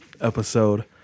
episode